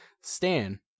Stan